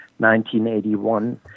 1981